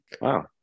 Wow